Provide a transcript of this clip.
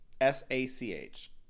S-A-C-H